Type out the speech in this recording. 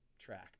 track